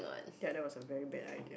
ya that was a very bad idea